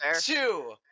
two